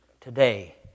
today